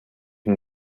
can